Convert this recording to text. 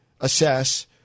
assess